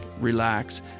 relax